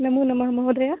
नमो नमः महोदयः